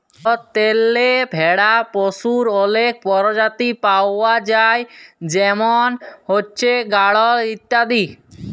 ভারতেল্লে ভেড়া পশুর অলেক পরজাতি পাউয়া যায় যেমল হছে গাঢ়ল ইত্যাদি